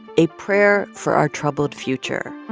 a prayer for our troubled future